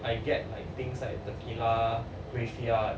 I get like things like the ratio